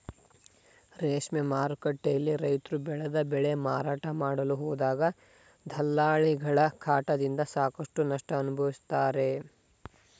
ರೇಷ್ಮೆ ಮಾರುಕಟ್ಟೆಯಲ್ಲಿ ರೈತ್ರು ಬೆಳೆದ ಬೆಳೆ ಮಾರಾಟ ಮಾಡಲು ಹೋದಾಗ ದಲ್ಲಾಳಿಗಳ ಕಾಟದಿಂದ ಸಾಕಷ್ಟು ನಷ್ಟ ಅನುಭವಿಸುತ್ತಾರೆ